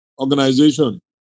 organization